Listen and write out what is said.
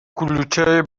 کلوچه